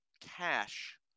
cash